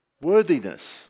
Worthiness